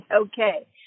okay